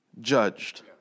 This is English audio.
judged